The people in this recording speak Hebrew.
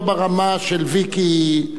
לא ברמה של ויקי,